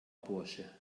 bursche